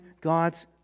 God's